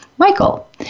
Michael